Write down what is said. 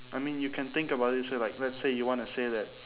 I mean you can think about this way like let's say you want to say that